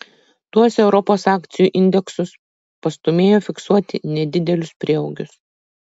tuos europos akcijų indeksus pastūmėjo fiksuoti nedidelius prieaugius